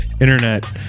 internet